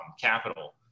capital